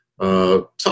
Talk